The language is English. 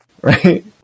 Right